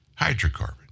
Hydrocarbon